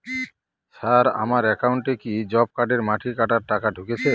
Sir আমার একাউন্টে কি জব কার্ডের মাটি কাটার টাকা ঢুকেছে?